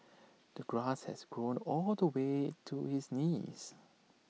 the grass has grown all the way to his knees